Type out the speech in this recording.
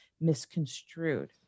misconstrued